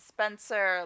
Spencer